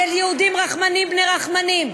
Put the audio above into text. של יהודים רחמנים בני רחמנים,